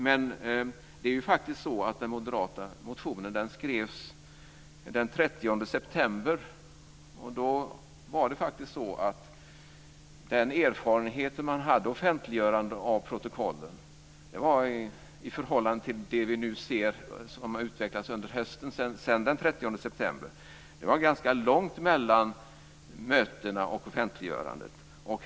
Det är ju faktiskt så att den moderata motionen skrevs den 30 september. Då var det en annan erfarenhet man hade av offentliggörande av protokollen i förhållande till det vi nu ser har utvecklats under hösten efter den 30 september. Det var ganska långt mellan mötena och offentliggörandet.